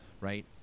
right